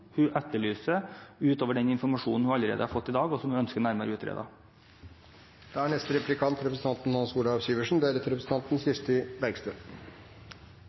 hun etterlyser utover den informasjonen hun allerede har fått i dag, og som hun ønsker nærmere